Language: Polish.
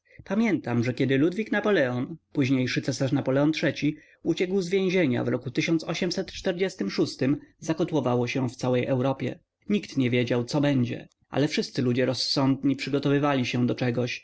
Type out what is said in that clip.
pamiętam że kiedy ludwik napoleon późniejszy cesarz napoleon iii uciekł z więzienia w zakołowało się w całej europie nikt nie wiedział co będzie ale wszyscy ludzie rozsądni przygotowywali się do czegoś